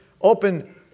open